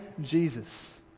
Jesus